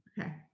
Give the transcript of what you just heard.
Okay